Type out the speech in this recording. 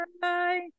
bye